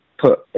put